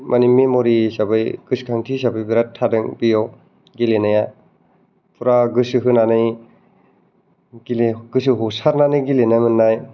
मानि मेमरि हिसाबै गोसोखांथि हिसाबै बिराद थादों बिआव गेलेनाया फुरा गोसो होनानै गेले गोसो हसारनानै गेलेनो मोननाय